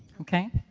okay?